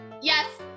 yes